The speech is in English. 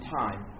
time